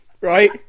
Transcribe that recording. Right